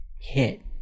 hit